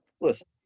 Listen